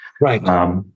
Right